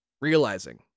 realizing